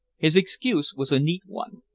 his excuse was a neat one.